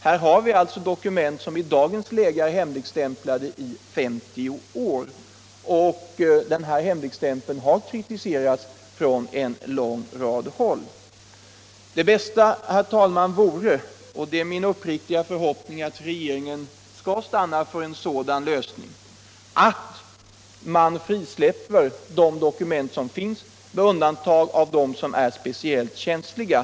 Här har vi alltså dokument som i dagens läge är hemligstämplade 50 år, och denna hemligstämpel har kritiserats från många håll. Herr talman! Det bästa vore — och det är min uppriktiga förhoppning att regeringen stannade för en sådan lösning — att man frisläpper de dokument som finns, med undantag för dem som är speciellt känsliga.